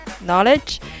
knowledge